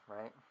right